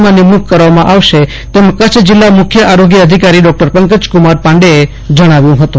માં નિમણુંક કરવામાં આવશે તેવું કચ્છ જિલ્લા મુખ્ય અધિકારી ડોક્ટર પંકજકુમાર પાંડેએ જણાવ્યુ હતું